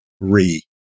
re